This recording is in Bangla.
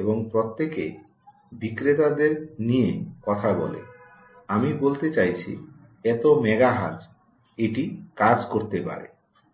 এবং প্রত্যেকে বিক্রেতাদের নিয়ে কথা বলে আমি বলতে চাইছি এত মেগা হার্টজে এটি কাজ করতে পারে